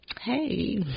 hey